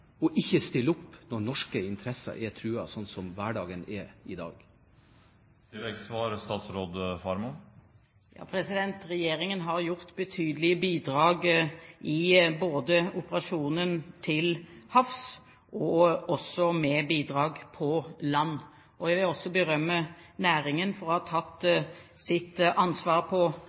og ikke stille opp når norske interesser er truet, slik som hverdagen er i dag? Regjeringen har gitt betydelige bidrag i operasjonen til havs og også bidrag på land. Jeg vil også berømme næringen for å ha tatt sitt ansvar på